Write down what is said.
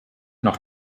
noch